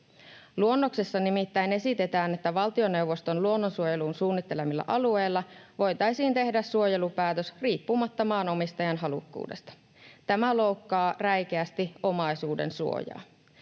Luonnoksessa nimittäin esitetään, että valtioneuvoston luonnonsuojeluun suunnittelemalla alueella voitaisiin tehdä suojelupäätös riippumatta maanomistajan halukkuudesta. Tämä loukkaa räikeästi omaisuudensuojaa.